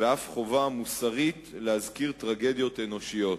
ואף חובה מוסרית להזכיר טרגדיות אנושיות,